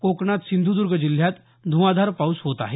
कोकणात सिंधुदर्ग जिल्ह्यात धुवांधार पाऊस होत आहे